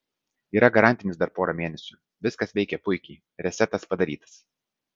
yra garantinis dar pora mėnesių viskas veikia puikiai resetas padarytas